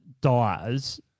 dies